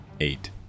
eight